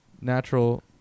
natural